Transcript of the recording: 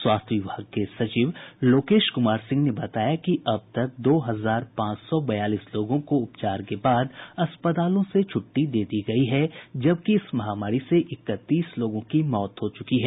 स्वास्थ्य विभाग के सचिव लोकेश कुमार सिंह ने बताया कि अब तक दो हजार पांच सौ बयालीस लोगों को उपचार के बाद अस्पतालों से छुट्टी दे दी गयी है जबकि इस महामारी से इकतीस लोगों की मौत हो चुकी है